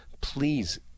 please